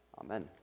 Amen